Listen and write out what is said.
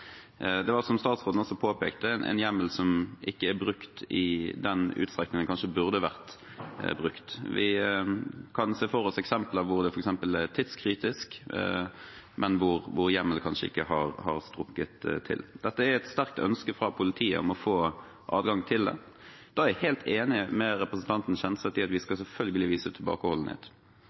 Det er, som statsråden også påpekte, en hjemmel som ikke er brukt i den utstrekning den kanskje burde vært brukt. Vi kan se for oss eksempler hvor det f.eks. er tidskritisk, men hvor hjemmelen kanskje ikke har strukket til. Det er et sterkt ønske fra politiet om å få adgang til dette. Jeg er helt enig med representanten Kjenseth i at vi selvfølgelig skal vise tilbakeholdenhet.